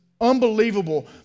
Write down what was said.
unbelievable